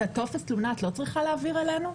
את טופס התלונה את לא צריכה להעביר אלינו?